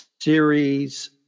Series